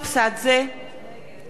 נגד